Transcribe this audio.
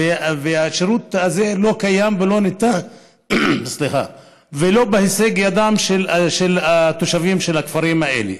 והשירות הזה לא קיים ולא ניתן ולא בהישג ידם של התושבים של הכפרים האלה.